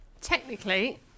technically